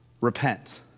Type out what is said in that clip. Repent